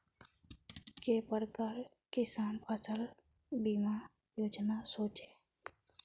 के प्रकार किसान फसल बीमा योजना सोचें?